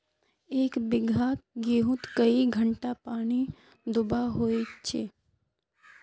एक बिगहा गेँहूत कई घंटा पानी दुबा होचए?